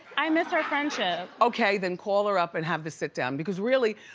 i miss her friendship. okay, then call her up and have the sitdown, because really,